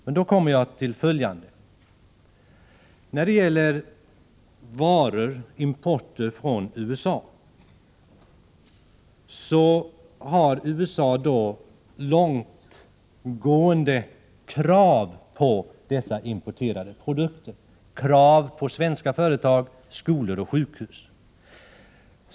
Men då kommer jag till följande. När det gäller import av varor från USA ställer USA långtgående krav på svenska företag, skolor och sjukhus.